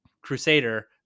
crusader